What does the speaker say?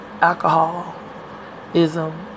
alcoholism